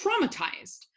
traumatized